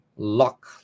lock